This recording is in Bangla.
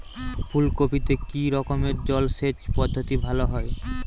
ফুলকপিতে কি রকমের জলসেচ পদ্ধতি ভালো হয়?